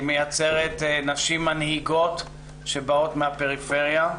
היא מייצרת נשים מנהיגות שבאות מהפריפריה.